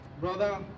brother